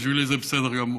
בשבילי זה בסדר גמור.